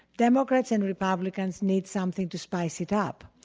democrats and republicans need something to spice it up.